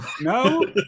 no